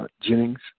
Jennings